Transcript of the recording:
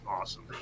awesome